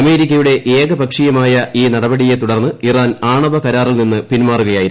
അമേരിക്കയുടെ ഏക പക്ഷീയമായ ഈ നടപട്ടിയെ തുടർന്ന് ഇറാൻ ആണവ കരാറിൽ നിന്ന് പിൻമാറുകയായിരുന്നു